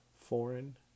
foreign